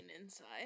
inside